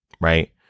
right